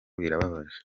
birababaje